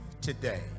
today